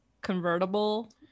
convertible